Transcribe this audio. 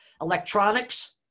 Electronics